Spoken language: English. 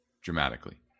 dramatically